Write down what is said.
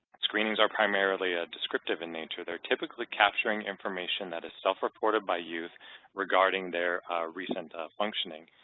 screenings are primarily ah descriptive in nature. they're typically capturing information that is self-reported by youth regarding their recent ah functioning.